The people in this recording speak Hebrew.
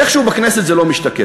ואיכשהו בכנסת זה לא משתקף.